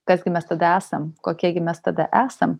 kas gi mes tada esam kokie gi mes tada esam